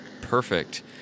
Perfect